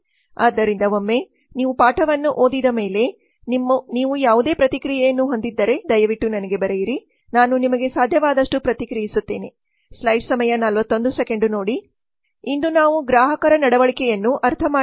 ಆದ್ದರಿಂದ ಒಮ್ಮೆ ನೀವು ಪಾಠವನ್ನು ಓದಿದ ಮೇಲೆ ನೀವು ಯಾವುದೇ ಪ್ರತಿಕ್ರಿಯೆಯನ್ನು ಹೊಂದಿದ್ದರೆ ದಯವಿಟ್ಟು ನನಗೆ ಬರೆಯಿರಿ ನಾನು ನಿಮಗೆ ಸಾಧ್ಯವಾದಷ್ಟು ಪ್ರತಿಕ್ರಿಯಿಸುತ್ತೇನೆ ಇಂದು ನಾವು ಗ್ರಾಹಕರ ನಡವಳಿಕೆಯನ್ನು ಅರ್ಥಮಾಡಿಕೊಳ್ಳುವ ಪಾಠ ಸಂಖ್ಯೆ 14 ಅನ್ನು ನೋಡುತ್ತೇವೆ